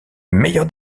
meilleur